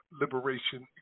liberation